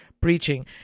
preaching